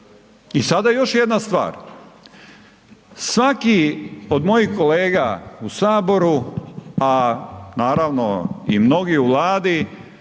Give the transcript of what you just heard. I sada još jedna stvar, svaki od mojih kolega u saboru, a naravno i mnogi u Vladi